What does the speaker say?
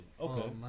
okay